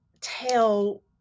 tell